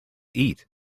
eat